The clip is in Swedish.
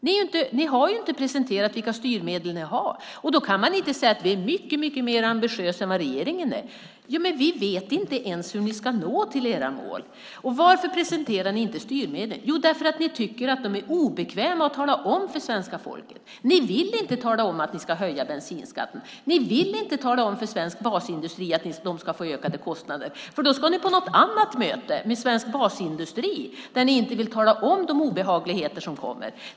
Oppositionen har inte presenterat vilka styrmedel de har, och då kan man inte säga att man är mycket mer ambitiös än regeringen. Vi vet inte ens hur de ska nå fram till sina mål. Varför presenterar de inte sina styrmedel? Jo, för att de tycker att det är obekvämt att tala om det för svenska folket. De vill inte tala om att de ska höja bensinskatten. De vill inte tala om för svensk basindustri att den ska få ökade kostnader för då ska de på något annat möte med svensk basindustri där de inte vill tala om de obehagligheter som kommer.